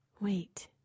wait